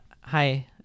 hi